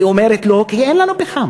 היא אומרת לו: כי אין לנו פחם.